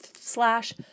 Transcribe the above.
slash